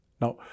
Now